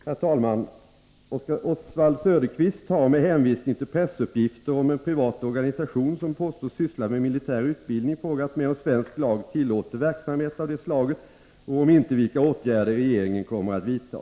Herr talman! Oswald Söderqvist har med hänvisning till pressuppgifter om en privat organisation som påstås syssla med militär utbildning frågat mig om svensk lag tillåter verksamhet av det slaget och, om inte, vilka åtgärder regeringen kommer att vidta.